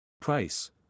Price